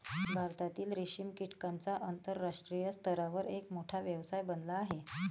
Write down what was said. भारतातील रेशीम कीटकांचा आंतरराष्ट्रीय स्तरावर एक मोठा व्यवसाय बनला आहे